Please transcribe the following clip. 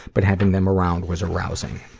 but having them around was arousing.